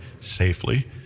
safely